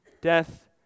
death